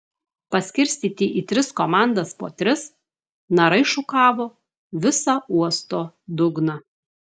paskirstyti į tris komandas po tris narai šukavo visą uosto dugną